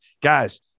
Guys